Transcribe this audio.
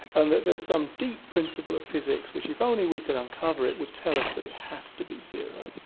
and that there's some deep principle of physics which if only we could uncover it would tell us that it has to be zero.